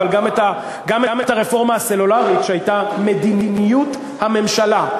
גם את הרפורמה הסלולרית שהייתה מדיניות הממשלה.